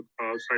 outside